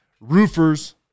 roofers